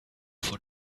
for